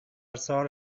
سال